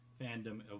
fandom